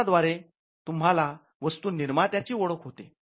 चिन्ह द्वारे आपल्याला वस्तू निर्मात्या ची ओळख होते